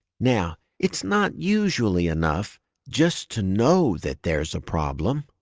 now, it's not usually enough just to know that there's a problem.